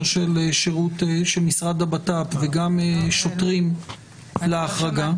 של משרד הבט"פ וגם שוטרים להחרגה --- לא.